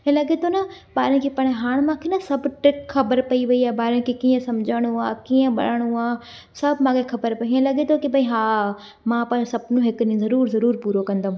हीअं लॻे थो न ॿारनि खे पढ़ायां हाणे मूंखे न सभु ट्रिक ख़बरु पई वई आहे ॿारनि खे कीअं सम्झाइणो आहे कीअं पढ़ाइणो आहे सभु मूंखे ख़बरु पई हीअं लॻे थो हा मां पंहिंजो सुपिनो हिकु ॾींहुं ज़रूरु ज़रूरु पूरो कंदुमि